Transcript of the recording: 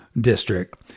district